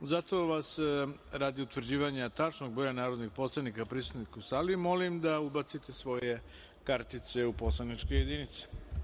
Zato vas, radi utvrđivanja broja narodnih poslanika prisutnih u sali, molim da ubacite svoje identifikacione kartice u poslaničke jedinice.